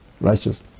righteous